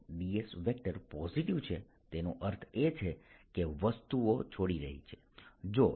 ds positive છે તેનો અર્થ એ છે કે વસ્તુઓ છોડી રહી છે જો j